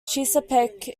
chesapeake